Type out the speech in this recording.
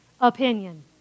Opinion